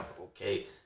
Okay